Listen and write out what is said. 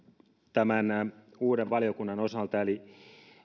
tämän uuden valiokunnan osalta eli